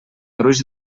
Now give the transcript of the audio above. gruix